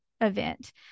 event